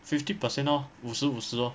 fifty percent lor 五十五十 lor